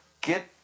Get